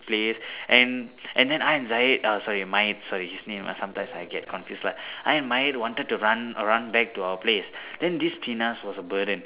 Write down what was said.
place and and then I and Zayet uh sorry Mayet sorry his name uh sometimes I get confused lah I and Mayet wanted to run uh run back to our place then this Penas was a burden